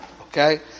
okay